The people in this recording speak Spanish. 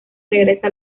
regresa